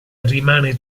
rimane